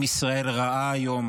עם ישראל ראה היום